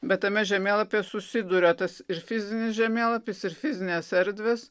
bet tame žemėlapyje susiduria tas ir fizinis žemėlapis ir fizinės erdvės